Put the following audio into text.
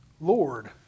Lord